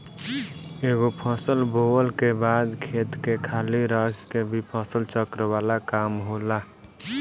एगो फसल बोअला के बाद खेत के खाली रख के भी फसल चक्र वाला काम होला